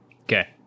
Okay